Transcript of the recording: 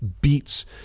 beats